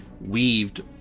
weaved